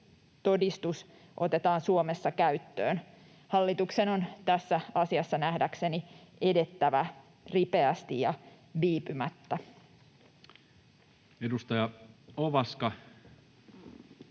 koronatodistus otetaan Suomessa käyttöön. Hallituksen on tässä asiassa nähdäkseni edettävä ripeästi ja viipymättä. [Speech 111]